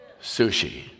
sushi